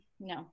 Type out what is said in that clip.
no